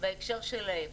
בהקשר שלהם,